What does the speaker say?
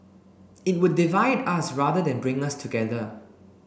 it would divide us rather than bring us together